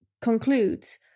concludes